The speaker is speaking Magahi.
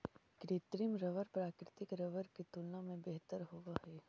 कृत्रिम रबर प्राकृतिक रबर के तुलना में बेहतर होवऽ हई